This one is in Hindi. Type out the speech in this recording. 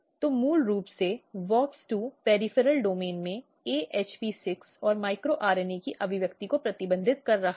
तो मूल रूप से WOX2 पॅरिफ़ॅरॅल डोमेन में AHP 6 और माइक्रो आरएनए की अभिव्यक्ति को प्रतिबंधित कर रहा है